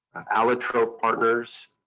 allotrope partners,